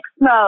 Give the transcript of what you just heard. mode